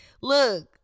look